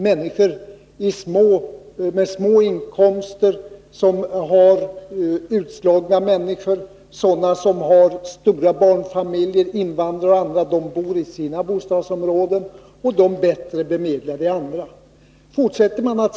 Människor med små inkomster, utslagna människor, familjer med många barn — invandrare och andra — bor redan i sina bostadsområden och de bättre bemedlade i andra.